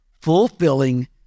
fulfilling